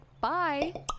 bye